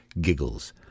giggles